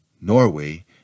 Norway